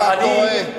אתה טועה,